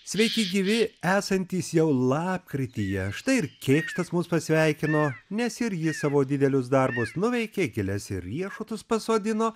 sveiki gyvi esantys jau lapkrityje štai ir kėkštas mus pasveikino nes ir jis savo didelius darbus nuveikė giles ir riešutus pasodino